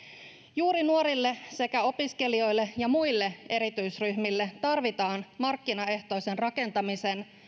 juuri nuorille sekä opiskelijoille ja muille erityisryhmille tarvitaan markkinaehtoisen rakentamisen